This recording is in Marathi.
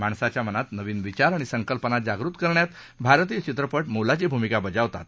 माणसाच्या मनात नवीन विचार अणि संकल्पना जागृत करण्यात भारतीय चित्रपट मोलाची भूमिका बजावतात